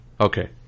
Okay